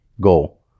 goal